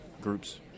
groups